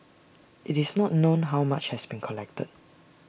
IT is not known how much has been collected